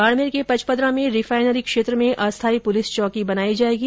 बाडमेर के पचपदरा में रिफाइनरी क्षेत्र में अस्थाई पुलिस चौकी बनाई जाएगी